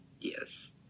Yes